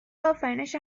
آفرینش